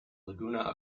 laguna